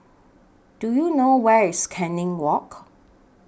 Do YOU know Where IS Canning Walk